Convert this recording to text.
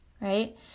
right